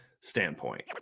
standpoint